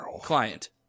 Client